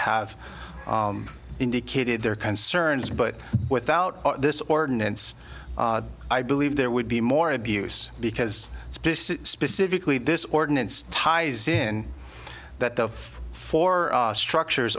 have indicated their concerns but without this ordinance i believe there would be more abuse because it's specifically this ordinance ties in that the four structures